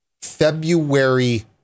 February